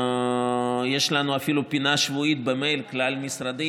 יש לנו אפילו פינה שבועית במייל הכלל-משרדי